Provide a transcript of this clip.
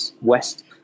west